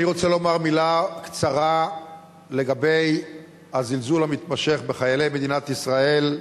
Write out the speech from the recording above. אני רוצה לומר מלה קצרה לגבי הזלזול המתמשך בחיילי מדינת ישראל.